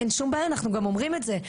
אין שום בעיה, אנחנו גם אומרים את זה.